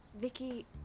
Vicky